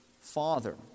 Father